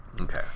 Okay